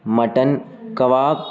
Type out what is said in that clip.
mutton کباب